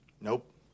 Nope